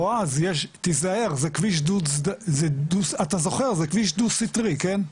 בועז, תזהר, אתה זוכר, זה כביש דו סטרי, כן?